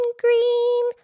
green